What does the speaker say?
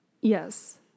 Yes